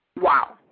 Wow